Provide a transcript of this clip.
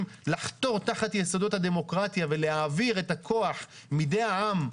לחתור תחת יסודות הדמוקרטיה ולהעביר את הכוח מידי העם,